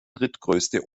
drittgrößte